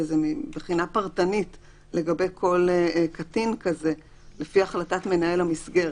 וזה מבחינה פרטנית לגבי כל קטין כזה לפי החלטת מנהל המסגרת.